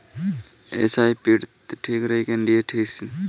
SIP ठीक रही कि एन.सी.डी निवेश?